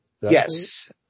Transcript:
Yes